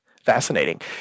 fascinating